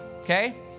okay